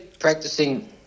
practicing